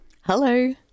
Hello